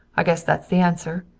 i guess that's the answer.